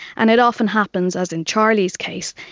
and it often happens, as in charlie's case,